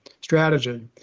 strategy